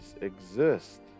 exist